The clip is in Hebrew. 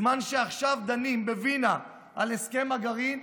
בזמן שעכשיו דנים בווינה על הסכם הגרעין,